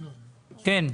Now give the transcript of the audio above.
כן,